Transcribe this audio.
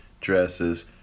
dresses